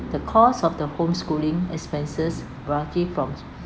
the cost of the homeschooling expenses roughly from